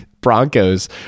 Broncos